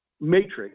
matrix